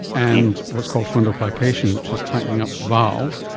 and what's called fundoplication, which is tightening up the valve,